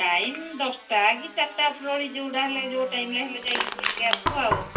time ଦଶଟା କିି ଚାରିଟା ଉପରଓଳି ଯୋଉଟା ହେଲେ ଯୋଉ ଟାଇମ୍ରେ ହେଲେ ଯାଇକି ବୁଲିକି ଆସିବୁ ଆଉ